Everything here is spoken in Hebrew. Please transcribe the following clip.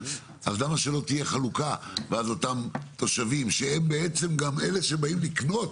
אז למה שלא תהיה חלוקה ואז אותם תושבים שהם גם אלה שבאים לקנות,